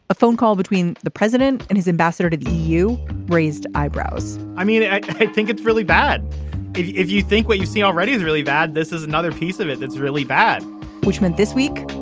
a phone call between the president and his ambassador to the eu raised eyebrows i mean, i think it's really bad if if you think what you see already is really bad. this is another piece of it that's really bad which punishment? this week,